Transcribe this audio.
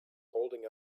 holding